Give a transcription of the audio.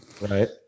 Right